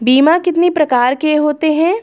बीमा कितनी प्रकार के होते हैं?